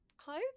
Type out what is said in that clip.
Clothes